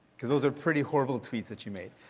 because those are pretty horrible tweets that you made.